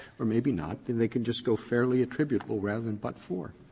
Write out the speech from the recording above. or maybe not, then they can just go fairly attributable rather than but-for,